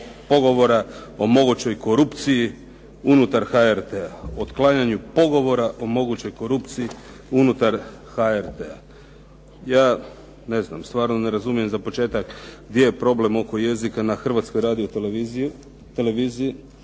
programa javne televizije te otklanjanju pogovora o mogućoj korupciji unutar HRT-a. Ja ne znam, stvarno ne razumijem za početak gdje je problem oko jezika na Hrvatskoj radio-televiziji.